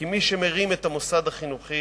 כי מי שמרים את המוסד החינוכי